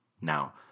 Now